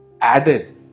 Added